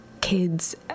kids